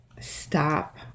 Stop